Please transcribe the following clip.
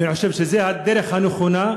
אני חושב שזו הדרך הנכונה.